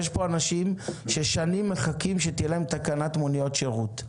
יש פה אנשים ששנים מחכים שתהיה להם תקנת מוניות שירות,